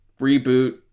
reboot